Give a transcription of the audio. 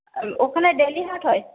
ওখানে ডেলি হাট হয়